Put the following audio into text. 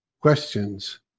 questions